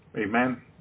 Amen